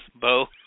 Bo